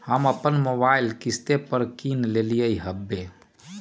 हम अप्पन मोबाइल किस्ते पर किन लेलियइ ह्बे